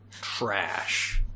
trash